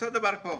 אותו דבר פה.